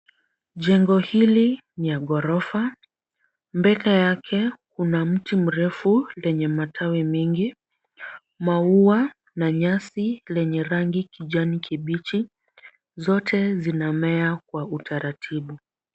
Jengo hili ni ya ghorofa, mbeka yake kuna mti mrefu lenye matawi mingi, maua na nyasi lenye rangi kijani kibichi, zote zinamea kwa utaratibu.